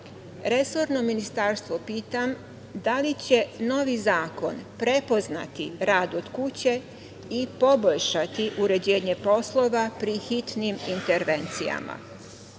ministarstvo pitam da li će novi zakon prepoznati rad od kuće i poboljšati uređenje poslova pri hitnim intervencijama? Nadalje,